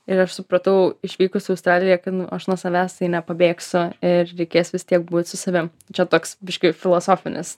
ir aš supratau išvykus į australiją kai nu aš nuo savęs tai nepabėgsi ir reikės vis tiek būt su savim čia toks biškį filosofinis